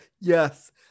yes